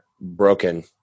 broken